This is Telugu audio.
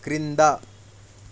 క్రింద